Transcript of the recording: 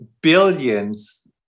billions